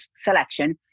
selection